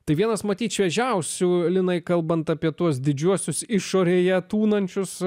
tai vienas matyt šviežiausių linui kalbant apie tuos didžiuosius išorėje tūnančius